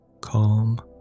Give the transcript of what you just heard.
Calm